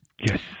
Yes